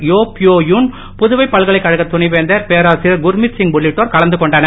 யோ ப்யோ யுன் புதுவை பல்கலைக்கழக துணை வேந்தர் பேராசிரியர் குர்மித் சிங் உள்ளிட்டோர் கலந்துகொண்டனர்